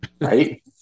right